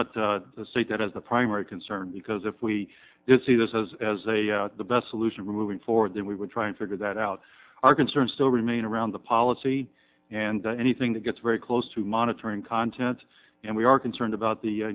not the state that is the primary concern because if we see this as the best solution moving forward that we would try and figure that out our concern still remain around the policy and anything that gets very close to monitoring content and we are concerned about the